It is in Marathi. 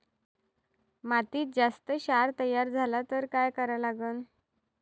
मातीत जास्त क्षार तयार झाला तर काय करा लागन?